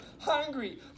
hungry